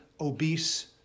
obese